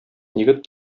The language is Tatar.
егет